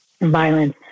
violence